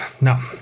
no